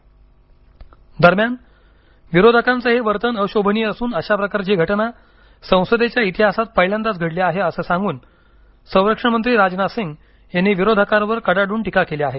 पत्रकार परिषद दरम्यान विरोधकांचं हे वर्तन अशोभनीय असून अशा प्रकारची घटना संसदेच्या इतिहासात पहिल्यांदाच घडली आहे असं सांगून संरक्षण मंत्री राजनाथ सिंह यांनी विरोधकांवर कडाडून टीका केली आहे